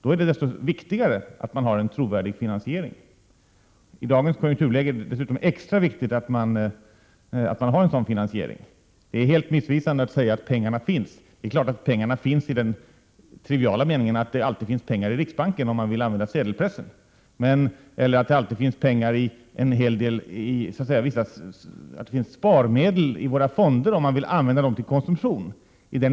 Då är det desto viktigare att ha en trovärdig finansiering. I dagens konjunkturläge är det dessutom extra viktigt med en finansiering. Det är helt missvisande att säga att pengarna finns. De finns självfallet i den triviala meningen att det alltid finns pengar i riksbanken, om man vill använda sedelpressen, eller att det alltid finns sparmedel i fonderna, om man vill använda dem till konsumtion.